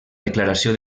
declaració